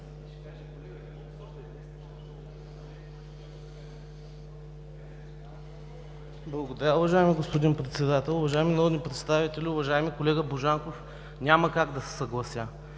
Благодаря, уважаеми господин Председател. Уважаеми народни представители! Уважаеми колега Божанков, няма как да се съглася.